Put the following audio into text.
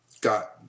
got